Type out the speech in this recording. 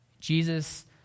Jesus